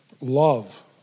love